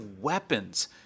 weapons